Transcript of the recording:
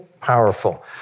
powerful